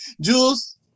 Jules